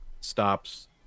stops